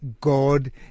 God